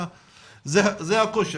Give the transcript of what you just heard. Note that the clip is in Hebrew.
זה הקושי,